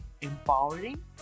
empowering